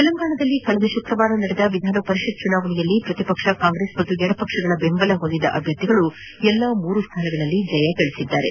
ತೆಲಂಗಾಣದಲ್ಲಿ ಕಳೆದ ಶುಕ್ರವಾರ ನಡೆದ ವಿಧಾನ ಪರಿಷತ್ ಚುನಾವಣೆಯಲ್ಲಿ ಪ್ರತಿಪಕ್ಷ ಕಾಂಗ್ರೆಸ್ ಹಾಗೂ ಎಡಪಕ್ಷಗಳ ಬೆಂಬಲ ಹೊಂದಿದ್ದ ಅಭ್ಯರ್ಥಿಗಳು ಎಲ್ಲ ಮೂರು ಸ್ನಾನಗಳಲ್ಲಿ ಜಯ ಸಾಧಿಸಿದ್ದಾರೆ